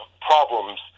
problems